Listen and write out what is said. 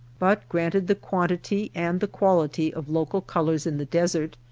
but granted the quantity and the quality of local colors in the desert,